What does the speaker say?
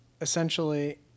essentially